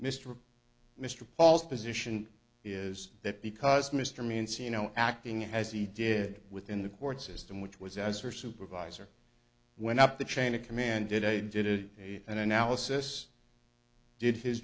or mr paul's position is that because mr means you know acting as he did within the court system which was as her supervisor went up the chain of command did a did a analysis did his